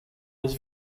was